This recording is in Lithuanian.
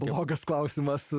blogas klausimas